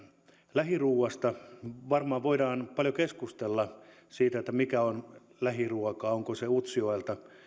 lähiruuasta varmaan voidaan paljon keskustella siitä mikä on lähiruokaa onko se utsjoelta